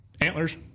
Antlers